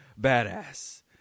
Badass